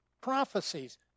prophecies